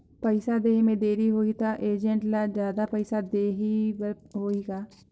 पइसा देहे मे देरी होही तो एजेंट ला जादा पइसा देही बर होही का?